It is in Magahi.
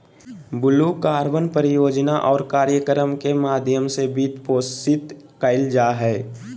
ब्लू कार्बन परियोजना और कार्यक्रम के माध्यम से वित्तपोषित कइल जा हइ